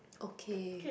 okay